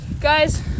Guys